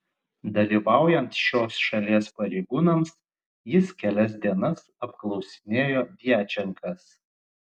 dalyvaujant šios šalies pareigūnams jis kelias dienas apklausinėjo djačenkas